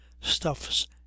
stuffs